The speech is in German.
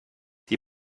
die